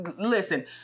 listen